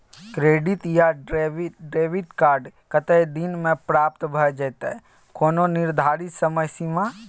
Credit या debit card कत्ते दिन म प्राप्त भ जेतै, कोनो निर्धारित समय सीमा?